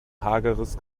hageres